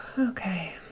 Okay